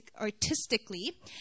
artistically